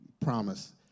promise